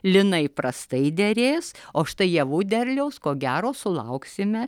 linai prastai derės o štai javų derliaus ko gero sulauksime